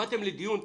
באתם לדיון פה,